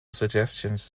suggestions